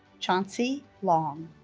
chauncey long